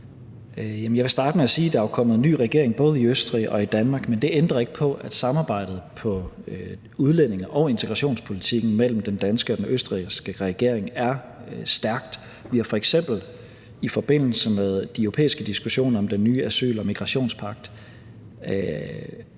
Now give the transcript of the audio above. jeg vil starte med at sige, at der er kommet en ny regering både i Østrig og i Danmark. Men det ændrer ikke på, at samarbejdet på udlændinge- og integrationspolitikken mellem den danske og den østrigske regering er stærkt. Vi har f.eks. i forbindelse med de europæiske diskussioner om den nye asyl- og migrationspagt